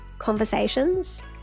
conversations